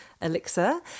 elixir